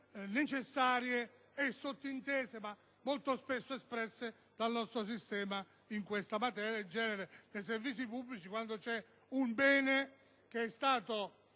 necessarie e sottintese, ma molto spesso espresse dal nostro sistema in questa materia ed, in genere, nei servizi pubblici quando vi è un bene che viene